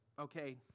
okay